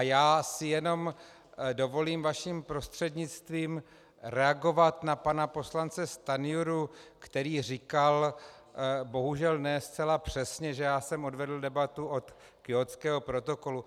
Já si jen dovolím vaším prostřednictvím reagovat na pana poslance Stanjuru, který říkal bohužel ne zcela přesně, že já jsem odvedl debatu od Kjótského protokolu.